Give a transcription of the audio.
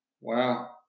Wow